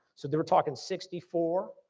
so they were talking sixty four,